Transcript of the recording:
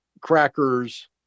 crackers